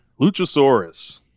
Luchasaurus